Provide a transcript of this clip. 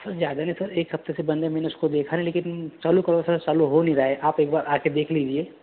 sir ज़्यादा नहीं sir एक हफ़्ते से बंद है मैंने उसको देखा नहीं लेकिन चालू करो सर चालू हो नहीं रहा हैं आप एक बार आकर देख लीजिए